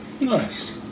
Nice